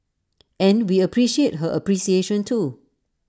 and we appreciate her appreciation too